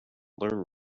learn